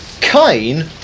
cain